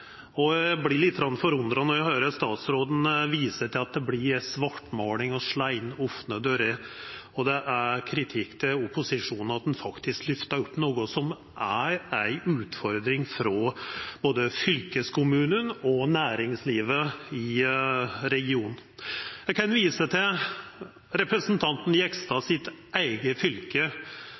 og eg vert lite grann forundra når eg høyrer statsråden visa til at det er svartmåling og å slå inn opne dører. Og det er kritikk til opposisjonen for at ein faktisk lyftar opp noko som er ei utfordring for både fylkeskommunen og næringslivet i regionen. Eg kan visa til innspelet frå representanten Jegstads eige fylke